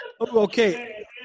Okay